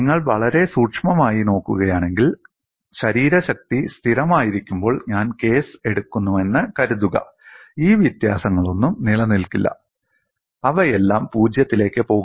നിങ്ങൾ വളരെ സൂക്ഷ്മമായി നോക്കുകയാണെങ്കിൽ ശരീരശക്തി സ്ഥിരമായിരിക്കുമ്പോൾ ഞാൻ കേസ് എടുക്കുന്നുവെന്ന് കരുതുക ഈ വ്യത്യാസങ്ങളൊന്നും നിലനിൽക്കില്ല അവയെല്ലാം പൂജ്യത്തിലേക്ക് പോകും